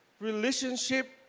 relationship